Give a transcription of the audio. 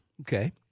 Okay